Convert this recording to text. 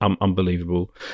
Unbelievable